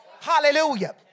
Hallelujah